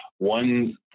One